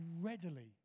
readily